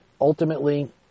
ultimately